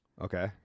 okay